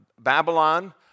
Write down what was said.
Babylon